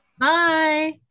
Bye